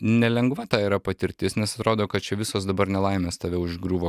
nelengva ta yra patirtis nes atrodo kad čia visos dabar nelaimės tave užgriuvo